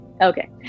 okay